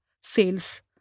sales